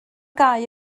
gau